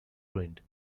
ruined